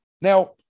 Now